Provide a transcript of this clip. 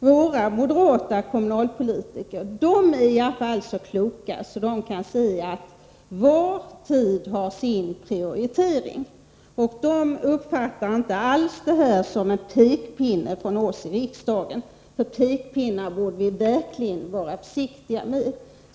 Våra moderata kommunalpolitiker är i alla fall så kloka att de kan se att var tid har sin prioritering. De uppfattar inte alls det här som en pekpinne från oss i riksdagen, och pekpinnar bör vi verkligen vara försiktiga med.